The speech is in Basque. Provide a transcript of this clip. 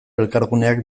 elkarguneak